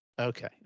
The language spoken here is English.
Okay